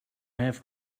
have